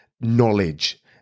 knowledge